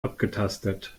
abgetastet